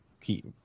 keep